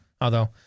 although-